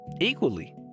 equally